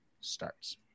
starts